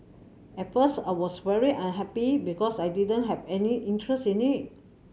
at first I was very unhappy because I didn't have any interest in it